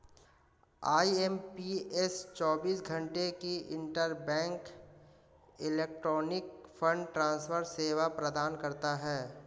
IMPS चौबीस घंटे की इंटरबैंक इलेक्ट्रॉनिक फंड ट्रांसफर सेवा प्रदान करता है